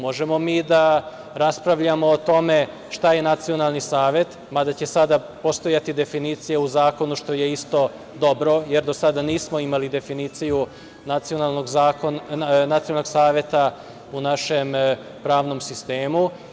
Možemo mi da raspravljamo o tome šta je nacionalni savet, mada će sada postojati definicija u zakonu što je isto dobro, jer do sada nismo imali definiciju nacionalnog saveta u našem pravnom sistemu.